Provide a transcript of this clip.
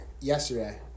yesterday